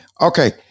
okay